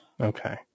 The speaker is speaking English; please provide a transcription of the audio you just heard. Okay